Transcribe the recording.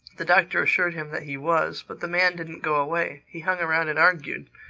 the doctor assured him that he was but the man didn't go away. he hung around and argued.